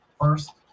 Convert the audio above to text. First